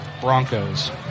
Broncos